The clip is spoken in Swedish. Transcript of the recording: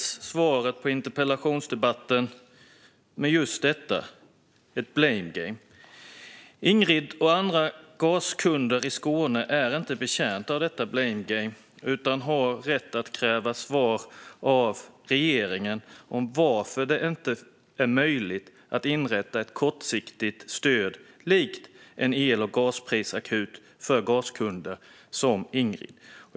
Svaret på interpellationen inleds dock med just detta, ett blame game. Ingrid och andra gaskunder i Skåne är inte betjänta av detta blame game utan har rätt att kräva svar av regeringen om varför det inte är möjligt att inrätta ett kortsiktigt stöd likt en el och gasprisakut för gaskunder som Ingrid.